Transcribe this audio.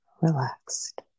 relaxed